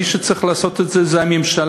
מי שצריך לעשות את זה זו הממשלה,